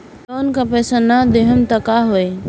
Loan का पैस न देहम त का होई?